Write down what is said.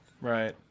Right